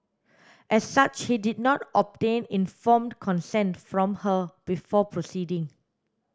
as such he did not obtain informed consent from her before proceeding